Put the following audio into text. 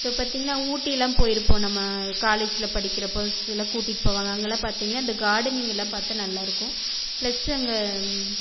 இப்போ பார்த்தீங்கன்னா ஊட்டியெலாம் போயிருப்போம் நம்ம காலேஜ்ஜில் படிக்கிறப்போது சில கூட்டிகிட்டு போவாங்க அங்கெலாம் பார்த்தீங்கன்னா இந்த கார்டனிங்கெல்லாம் பார்த்தா நல்லாயிருக்கும் ப்ளஸ்ஸு அங்கே